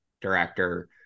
director